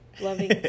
Loving